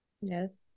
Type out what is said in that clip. Yes